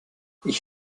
ich